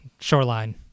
Shoreline